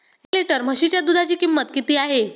एक लिटर म्हशीच्या दुधाची किंमत किती आहे?